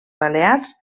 balears